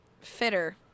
fitter